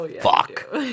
fuck